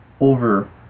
over